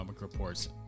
reports